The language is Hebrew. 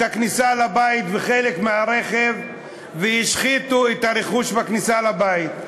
הכניסה לבית וחלק מהרכב והשחיתו את הרכוש בכניסה לבית.